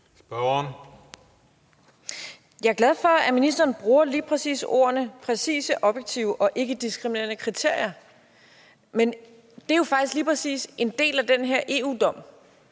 Jeg er glad for, at ministeren lige præcis bruger ordene præcise, objektive og ikkediskriminerende kriterier. Men det er faktisk lige præcis en del af den her EU-dom.